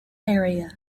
area